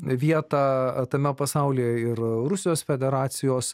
vietą tame pasaulyje ir rusijos federacijos